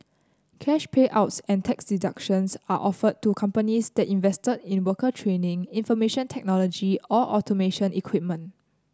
cash payouts and tax deductions are offered to companies that invest in worker training information technology or automation equipment